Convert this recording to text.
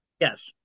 yes